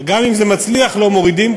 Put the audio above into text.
גם אם זה מצליח לא מורידים,